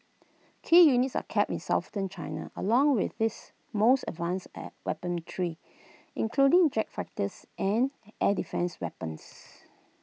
key units are kept in southern China along with this most advanced air weapon tree including jet fighters and air defence weapons